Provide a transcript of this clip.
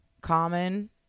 Common